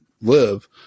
live